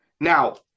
Now